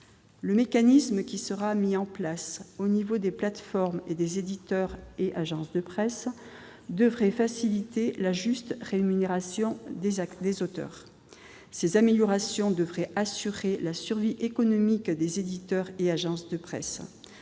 Le mécanisme qui sera mis en place entre les plateformes et les éditeurs et agences de presse devrait faciliter la juste rémunération des auteurs. Ces améliorations devraient assurer la survie économique des éditeurs et agences de presse.